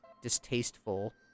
distasteful